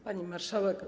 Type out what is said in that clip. Pani Marszałek!